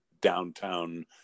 downtown